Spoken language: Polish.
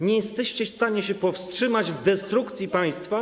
Nie jesteście w stanie się powstrzymać w destrukcji państwa.